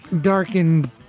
darkened